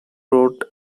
wrote